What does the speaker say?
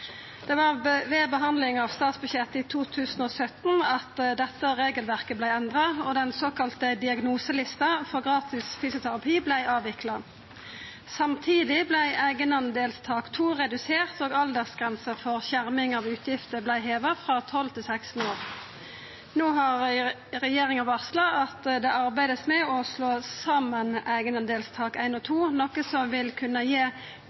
Det var ved behandling av statsbudsjettet i 2017 at dette regelverket vart endra og den såkalla diagnoselista for gratis fysioterapi vart avvikla. Samtidig vart eigendelstak 2 redusert, og aldersgrensa for skjerming av utgifter vart heva frå 12 til 16 år. No har regjeringa varsla at det vert arbeidt med å slå saman eigendelstak 1 og 2, noko som vil kunna